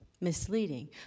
misleading